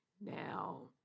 Now